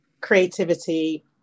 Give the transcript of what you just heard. creativity